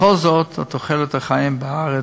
בכל זאת: תוחלת החיים בארץ